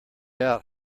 out